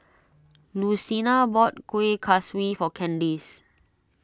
Lucina bought Kuih Kaswi for Kandice